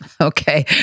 okay